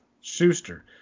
Schuster